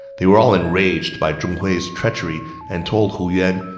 they were all enraged by zhong hui's treachery and told hu yuan,